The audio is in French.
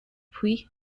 puis